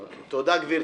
תודה, גברתי.